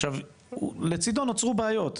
עכשיו לצידו נוצרו בעיות,